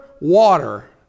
water